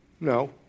No